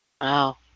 Wow